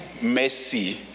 mercy